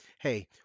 Hey